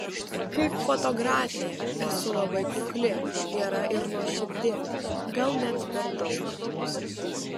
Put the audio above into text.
kaip fotografė esu labai kukli gera ir nuoširdi gal net per daug